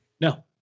No